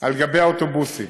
על גבי האוטובוסים.